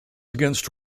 against